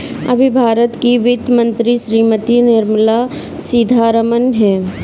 अभी भारत की वित्त मंत्री श्रीमती निर्मला सीथारमन हैं